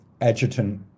adjutant